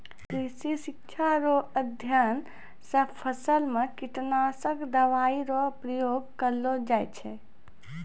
कृषि शिक्षा रो अध्ययन से फसल मे कीटनाशक दवाई रो प्रयोग करलो जाय छै